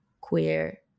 queer